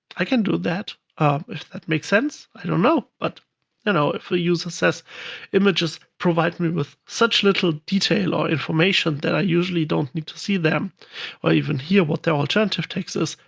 i can do that if that makes sense. i don't know. but you know if the user says images provide me with such little detail or information that i usually don't need to see them or even hear what their alternative text is,